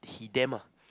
he damn ah